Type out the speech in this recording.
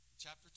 chapter